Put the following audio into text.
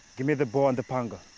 give me the bow and panga.